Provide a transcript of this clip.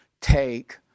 take